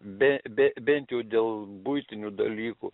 be be bent jau dėl buitinių dalykų